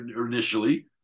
initially